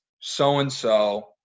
so-and-so